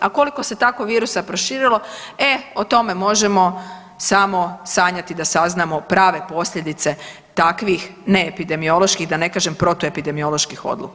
A koliko se tako virusa proširilo, e o tome možemo samo sanjati da saznamo prave posljedice takvih ne epidemioloških da ne kažem protuepidemioloških odluka.